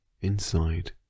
inside